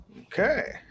Okay